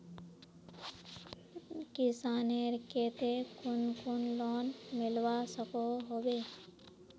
किसानेर केते कुन कुन लोन मिलवा सकोहो होबे?